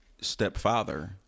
stepfather